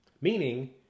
Meaning